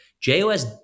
JOS